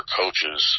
coaches